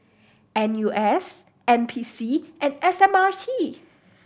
N U S N P C and S M R T